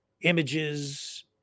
images